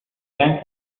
gran